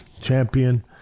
champion